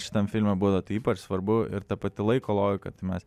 šitam filme buvo tai ypač svarbu ir ta pati laiko logika tai mes